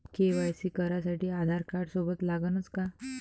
KYC करासाठी आधारकार्ड सोबत लागनच का?